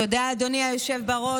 תודה, אדוני היושב בראש.